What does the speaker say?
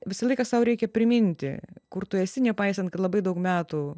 visą laiką sau reikia priminti kur tu esi nepaisant kad labai daug metų